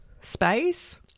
space